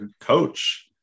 coach